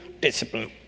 discipline